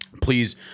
Please